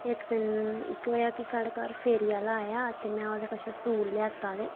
इक दिन केह् होआ कि साढ़े घर फेरी आह्ला आया ते में ओह्दे कशा सूट लैता ते